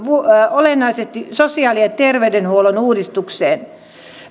olennaisesti sosiaali ja terveydenhuollon uudistukseen